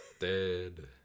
Dead